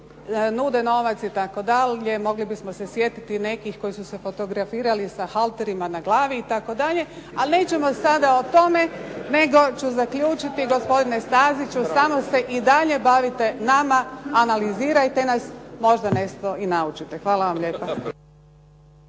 nude novac, itd.. Mogli bismo se sjetiti nekih koji su se fotografirali sa halterima na glavi, itd., ali nećemo sada o tome. Nego ću zaključiti gospodine Staziću samo se i dalje bavite nama, analizirajte nas, možda nešto i naučite. Hvala vam lijepa.